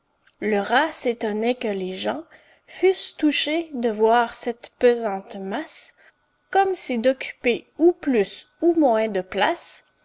le rat s'étonnait que les gens fussent touchés de voir cette pesante masse comme si d'occuper ou plus ou moins de place